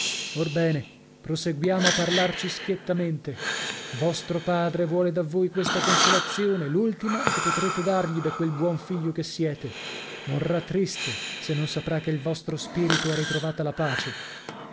orbene proseguiamo a parlarci schiettamente vostro padre vuole da voi questa consolazione l'ultima che potrete dargli da quel buon figlio che siete morrà triste se non saprà che il vostro spirito ha ritrovata la pace